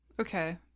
Okay